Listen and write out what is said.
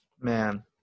man